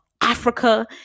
Africa